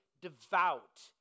devout